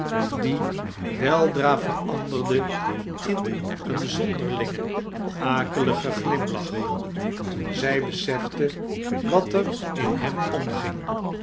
due weldira veranderde in een zondearlkigen akeligen glimlach toeii zij besefte wat er in hem omging